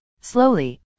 Slowly